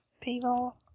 people